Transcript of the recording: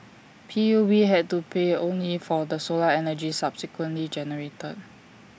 P U B had to pay only for the solar energy subsequently generated